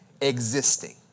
existing